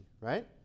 right